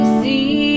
see